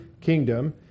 kingdom